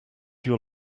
your